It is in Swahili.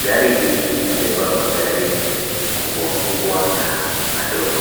Gari hii inabeba magari kubwa kubwa na madogo.